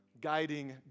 guiding